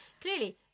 clearly